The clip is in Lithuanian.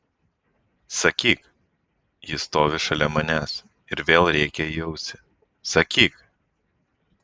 sakyk ji stovi šalia manęs ir vėl rėkia į ausį sakyk